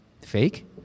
Fake